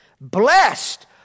Blessed